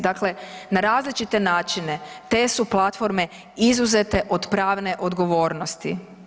Dakle, na različite načine te su platforme izuzete od pravne odgovornosti.